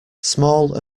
small